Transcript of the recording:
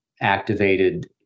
activated